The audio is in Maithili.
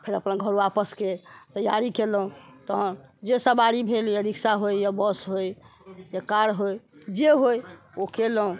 फेर अपन घर वापस के तैयारी केलहुॅं तहन जे सवारी भेल या रिक्शा होय या बस होय या कार होय जे होय ओ केलहुॅं